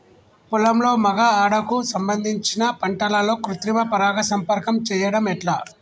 పొలంలో మగ ఆడ కు సంబంధించిన పంటలలో కృత్రిమ పరంగా సంపర్కం చెయ్యడం ఎట్ల?